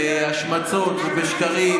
בהשמצות ובשקרים,